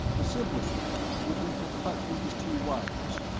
the simplest way would be to cut these two wires.